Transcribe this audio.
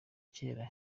cyera